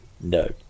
No